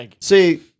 see